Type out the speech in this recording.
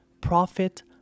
profit